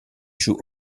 joue